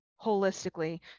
holistically